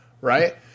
Right